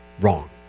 wrong